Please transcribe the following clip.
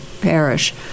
parish